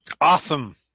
Awesome